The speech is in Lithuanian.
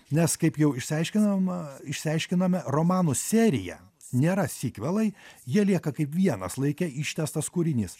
nes kaip jau išsiaiškinama išsiaiškinome romanų seriją nėra sikvelai jie lieka kaip vienas laike ištęstas kūrinys